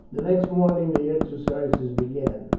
the next morning the exercises began.